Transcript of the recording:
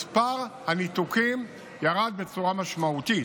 מספר הניתוקים ירד בצורה משמעותית.